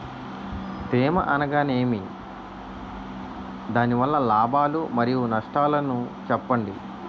తేమ అనగానేమి? దాని వల్ల లాభాలు మరియు నష్టాలను చెప్పండి?